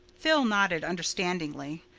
phil nodded understandingly.